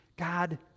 God